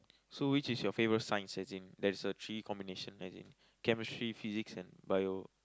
so which is your favourite science as in there's a three combination as in chemistry physics and Bio